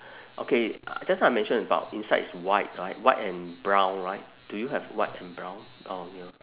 okay just now I mention about inside is white right white and brown right do you have white and brown